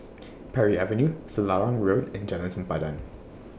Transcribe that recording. Parry Avenue Selarang Road and Jalan Sempadan